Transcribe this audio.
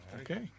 Okay